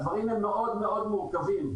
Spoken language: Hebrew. הדברים מאוד מאוד מורכבים.